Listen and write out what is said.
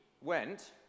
Went